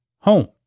home